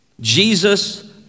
Jesus